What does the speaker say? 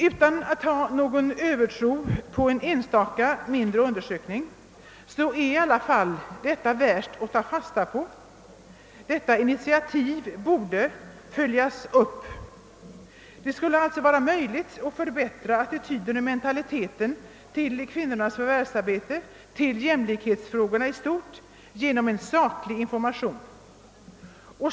Utan att hysa någon övertro på en enstaka, mindre undersökning måste man säga att detta är värt att ta fasta på. Detta initiativ borde följas upp. Det skulle alltså vara möjligt att förbättra attityden och mentaliteten till kvinnornas förvärvsarbeten och till jämlikhetsfrågorna i stort genom en saklig information.